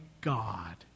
God